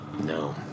No